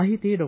ಸಾಹಿತಿ ಡಾ